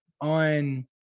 on